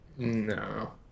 No